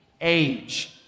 age